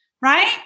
right